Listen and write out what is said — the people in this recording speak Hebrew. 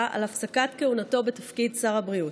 על הפסקת כהונתו בתפקיד שר הבריאות.